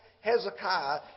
Hezekiah